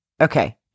Okay